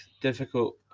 difficult